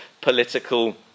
political